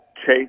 Chase